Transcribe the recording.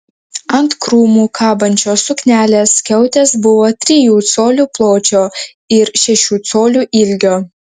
ant krūmų kabančios suknelės skiautės buvo trijų colių pločio ir šešių colių ilgio